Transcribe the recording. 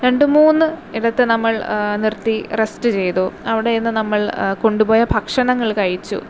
രണ്ട് മൂന്ന് ഇടത്ത് നമ്മൾ നിർത്തി റസ്റ്റ് ചെയ്തു അവിടെ നിന്ന് നമ്മൾ കൊണ്ടു പോയ ഭക്ഷണങ്ങൾ കഴിച്ചു